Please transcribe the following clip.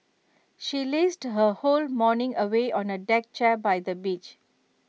she lazed her whole morning away on A deck chair by the beach